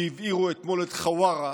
שהבעירו אתמול את חווארה